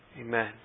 Amen